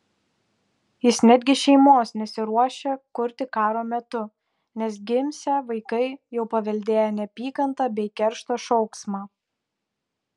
jis netgi šeimos nesiruošia kurti karo metu nes gimsią vaikai jau paveldėję neapykantą bei keršto šauksmą